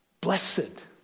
Blessed